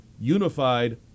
unified